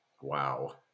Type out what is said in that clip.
Wow